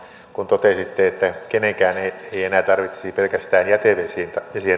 kun totesitte että kenenkään ei ei enää tarvitsisi pelkästään jätevesien